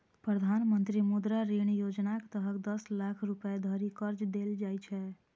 प्रधानमंत्री मुद्रा ऋण योजनाक तहत दस लाख रुपैया धरि कर्ज देल जाइ छै